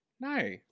No